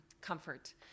comfort